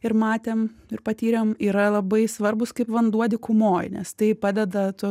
ir matėm ir patyrėm yra labai svarbūs kaip vanduo dykumoj nes tai padeda tu